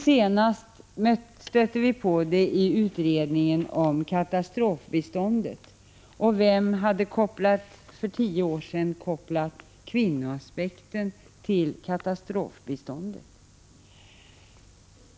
Senast stötte vi på denna medvetenhet i utredningen om katastrofbiståndet. Vem hade för tio år sedan kopplat kvinnoaspekten till katastrofbiståndet?